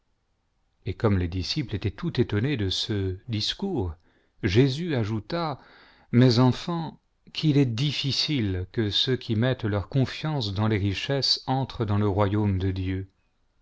et comme les disciples étaient tout étonnés de ce discours jésus ajouta mes enfants qu'il est difficile que ceux qui mettent leur confiance dans trent dans dieu